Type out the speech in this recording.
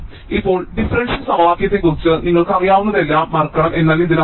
ഇപ്പോൾ ഡിഫറൻഷ്യൽ സമവാക്യത്തെക്കുറിച്ച് നിങ്ങൾക്കറിയാവുന്നതെല്ലാം നിങ്ങൾ മറക്കണം എന്നല്ല ഇതിനർത്ഥം